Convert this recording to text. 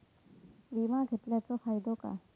विमा घेतल्याचो फाईदो काय?